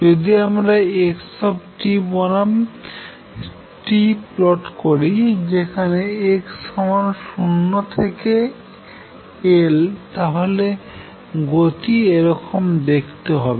যদি আমরা x বনাম t প্লট করি যেখানে x সমান 0 থেকে L তাহলে গতি এরকম দেখতে হবে